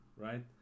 right